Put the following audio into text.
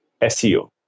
SEO